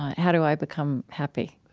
how do i become happy?